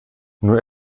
nur